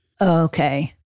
Okay